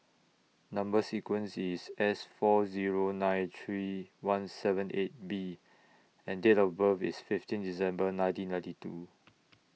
Number sequence IS S four Zero nine three one seven eight B and Date of birth IS fifteen December nineteen ninety two